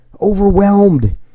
overwhelmed